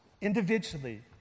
Individually